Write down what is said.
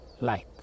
light